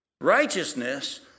Righteousness